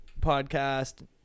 podcast